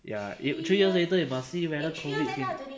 ya if three years later must see whether COVID change